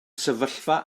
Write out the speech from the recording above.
sefyllfa